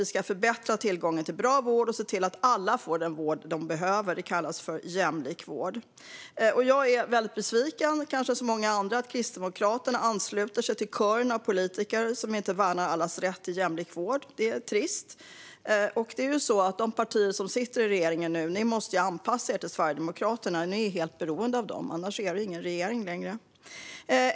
Vi ska förbättra tillgången till bra vård och se till att alla får den vård de behöver. Det kallas för jämlik vård. Jag är som kanske många andra väldigt besviken över att Kristdemokraterna ansluter sig till kören av politiker som inte värnar allas rätt till jämlik vård. Det är trist. De partier som sitter i regeringen nu måste ju anpassa sig till Sverigedemokraterna. Ni är helt beroende av dem; utan dem finns det ingen regering längre.